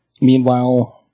Meanwhile